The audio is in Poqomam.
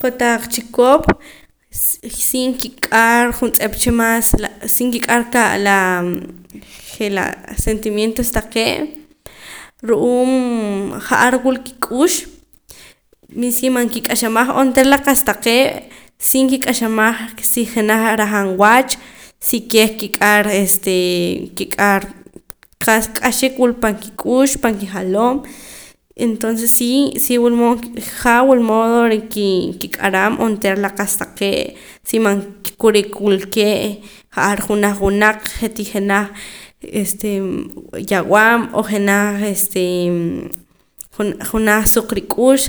Kotaq chikop si nkik'ar juntz'ep cha maas je' laa sentimientos taqee' ru'uum ja'ar wula kik'ux meska man kik'axamaj onteera la qa'sa taqee' si nkik'axamaj si jenaj rajaam wach si keh nkik'ar este kik'ar qa'sa k'axa wula pan kik'ux pan kijaloom entonces si si wulmood jaa wulmood rikik'aram onteera la qa'sa taqee' si man kurik wulkee' ja'ar junaj wunaq je'tii jenaj este yawaab' o jenaj este junja suq rik'ux